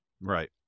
Right